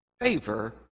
favor